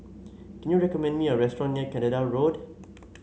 can you recommend me a restaurant near Canada Road